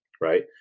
right